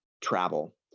travel